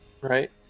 right